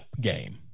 game